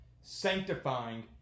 sanctifying